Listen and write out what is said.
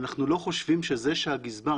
אנחנו לא חושבים שזה שהגזבר,